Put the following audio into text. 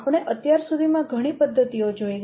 આપણે અત્યાર સુધી માં ઘણી પદ્ધતિઓ જોઈ ગયા